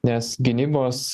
nes gynybos